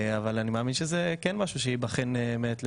אני מאמין שזה כן משהו שייבחן מעת לעת,